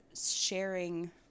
sharing